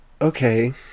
okay